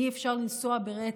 אי-אפשר לנסוע ברצף.